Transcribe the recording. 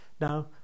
now